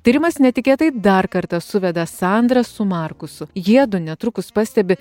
tyrimas netikėtai dar kartą suveda sandrą su markusu jiedu netrukus pastebi